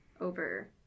over